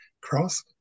Cross